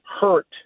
hurt